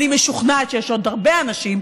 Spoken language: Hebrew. ואני משוכנעת שיש עוד הרבה אנשים,